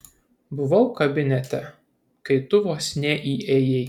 buvau kabinete kai tu vos neįėjai